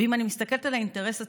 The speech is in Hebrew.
ואם אני מסתכלת על האינטרס הציבורי,